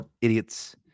idiots